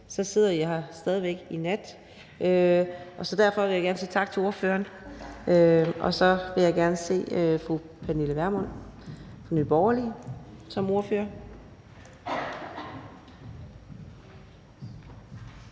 sidder I her stadig væk i nat. Derfor vil jeg gerne sige tak til ordføreren. Så vil jeg gerne se fru Pernille Vermund, Nye Borgerlige, som ordfører.